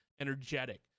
energetic